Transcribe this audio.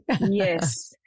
yes